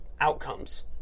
outcomes